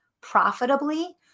profitably